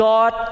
God